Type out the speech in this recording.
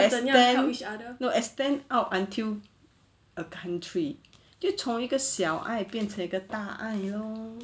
extend no extend out until a country 就从一个小爱变成一个大爱 you know